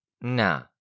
Nah